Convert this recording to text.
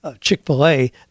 Chick-fil-A